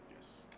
Yes